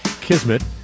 Kismet